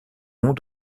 long